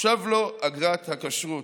תושב לו אגרת הכשרות,